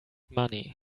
money